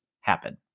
happen